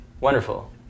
wonderful